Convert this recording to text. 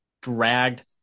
dragged